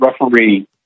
referee